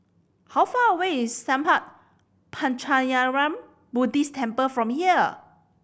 how far away is Sattha Puchaniyaram Buddhist Temple from here